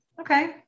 Okay